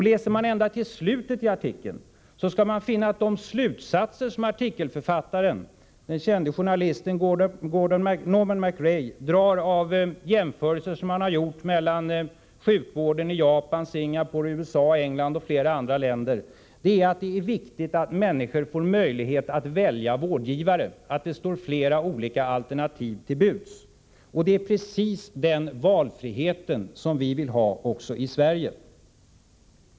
Läser man ända till slutet i artikeln, finner man att de slutsatser som artikelförfattaren — den kände journalisten Norman McRae — drar av jämförelser som han har gjort mellan sjukvården i Japan, Singapore, USA, England och flera andra länder är att det är viktigt att människor får möjlighet att välja vårdgivare, att det står flera olika alternativ till buds. Det är precis den valfriheten som vi vill ha också i Sverige.